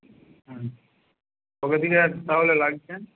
হ্যাঁ কবে থেকে তাহলে লাগছেন